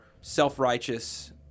self-righteous